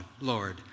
Lord